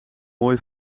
mooi